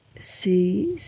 C'est